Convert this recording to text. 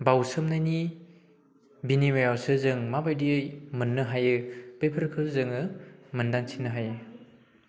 बावसोमनायनि बिनिमयावसो जों माबायदियै मोननो हायो बेफोरखौ जोङो मोंनदांथिनो हायो